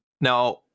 Now